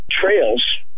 trails